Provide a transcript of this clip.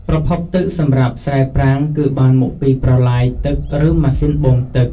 ប្រភពទឹកសម្រាប់ស្រែប្រាំងគឺបានមកពីប្រឡាយទឹកឬម៉ាស៊ីនបូមទឹក។